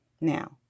Now